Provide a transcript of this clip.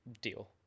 deal